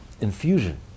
infusion